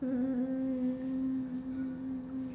um